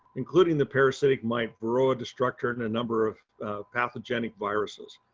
including the parasitic mite varroa destructor and a number of pathogenic viruses.